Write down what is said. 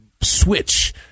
switch